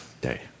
day